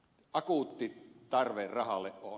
akuutti tarve rahalle on